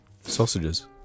sausages